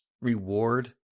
reward